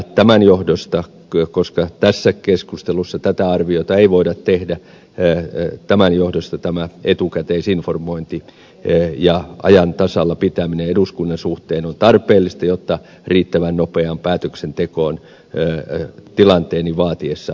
tämän johdosta koska tässä keskustelussa tätä arviota ei voida tehdä tämä etukäteisinformointi ja ajan tasalla pitäminen eduskunnan suhteen on tarpeellista jotta riittävän nopeaan päätöksentekoon tilanteen niin vaatiessa päästäisiin